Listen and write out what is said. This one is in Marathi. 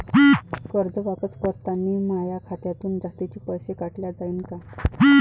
कर्ज वापस करतांनी माया खात्यातून जास्तीचे पैसे काटल्या जाईन का?